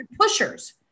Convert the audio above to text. pushers